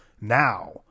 Now